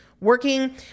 working